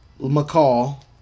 McCall